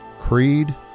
creed